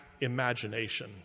imagination